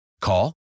Call